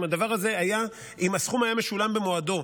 אם הסכום היה משולם במועדו,